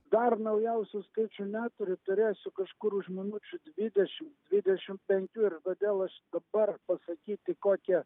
dar naujausių skaičių neturiu turėsiu kažkur už minučių dvidešim dvidešim penkių ir todėl aš dabar pasakyti kokie